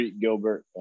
Gilbert